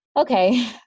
Okay